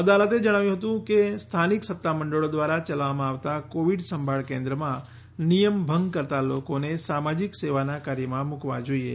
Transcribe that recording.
અદાલતે જણાવ્યું હતું કે સ્થાનિક સત્તામંડળો દ્વારા ચલાવવામાં આવતા કોવિડ સંભાળ કેન્દ્રોમાં નિયમ ભંગ કરતાં લોકોને સામાજિક સેવાના કાર્યમાં મૂકવા જોઈએ